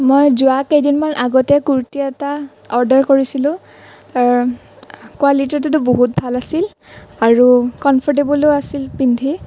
মই যোৱা কেইদিনমান আগতে কুৰ্টী এটা অৰ্ডাৰ কৰিছিলোঁ কোৱালিটিটো বহুত ভাল আছিল আৰু কমফৰটেবলো আছিল পিন্ধি